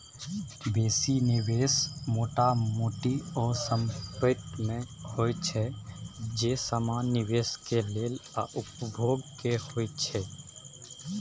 बेसी निवेश मोटा मोटी ओ संपेत में होइत छै जे समान निवेश के लेल आ उपभोग के होइत छै